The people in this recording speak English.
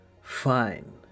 Fine